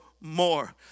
more